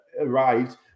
arrived